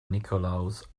nicholaus